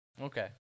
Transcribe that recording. Okay